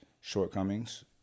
shortcomings